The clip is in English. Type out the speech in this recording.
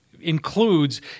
includes